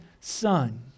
Son